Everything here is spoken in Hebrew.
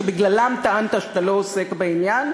שבגללם טענת שאתה לא עוסק בעניין,